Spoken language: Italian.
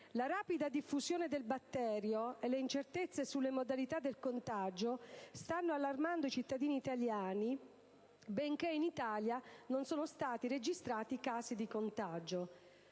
La rapida diffusione del batterio e le incertezze sulle modalità del contagio stanno allarmando i cittadini italiani, benché in Italia non siano stati registrati casi di contagio.